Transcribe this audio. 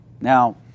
Now